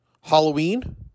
Halloween